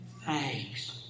thanks